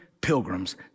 pilgrims